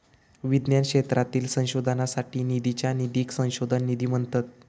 विज्ञान क्षेत्रातील संशोधनासाठी निधीच्या निधीक संशोधन निधी म्हणतत